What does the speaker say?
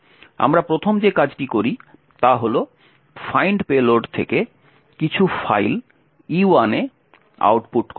আমরা প্রথম যে কাজটি করি তা হল ফাইন্ড পেলোড থেকে কিছু ফাইল E1 এ আউটপুট করা